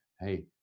Hey